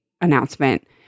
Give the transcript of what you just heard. announcement